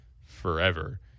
forever